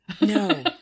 No